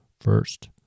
First